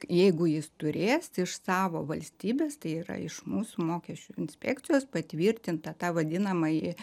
jeigu jis turės iš savo valstybės tai yra iš mūsų mokesčių inspekcijos patvirtintą tą vadinamąjį